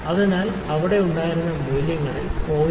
അതിനാൽ നമ്മൾക്ക് അവിടെ ഉണ്ടായിരുന്ന മൂല്യങ്ങൾ 0